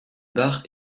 bar